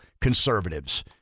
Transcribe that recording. conservatives